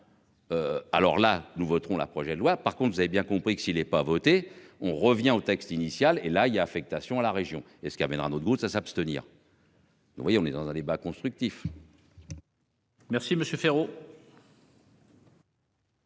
Alors là nous voterons la projet de loi. Par contre, vous avez bien compris que s'il est pas voter. On revient au texte initial, et là il a affectation à la région et ce qui amènera notre groupe ça s'abstenir. Oui, on est dans un débat constructif. Merci Monsieur